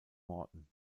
morton